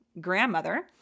grandmother